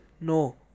no